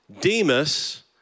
Demas